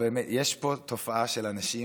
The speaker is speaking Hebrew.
באמת יש פה תופעה של אנשים,